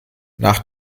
nach